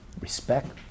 Respect